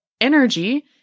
energy